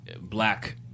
black